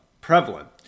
prevalent